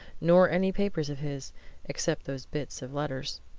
nor any papers of his except those bits of letters.